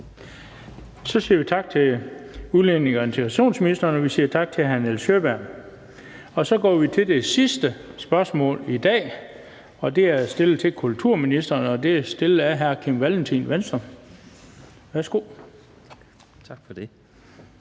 Så siger vi tak til udlændinge- og integrationsministeren, og vi siger tak til hr. Nils Sjøberg. Så går vi til det sidste spørgsmål i dag, og det er stillet af hr. Kim Valentin, Venstre, til kulturministeren.